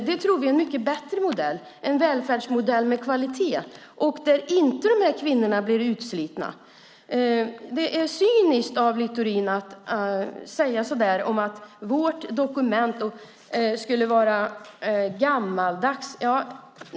Det tror vi är en mycket bättre modell. Det är en välfärdsmodell med kvalitet där de här kvinnorna inte blir utslitna. Det är cyniskt av Littorin att säga så där om att vårt dokument skulle vara gammaldags.